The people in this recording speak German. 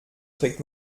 trägt